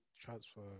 transfer